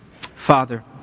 Father